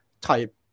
type